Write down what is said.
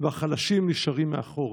והחלשים נשארים מאחור.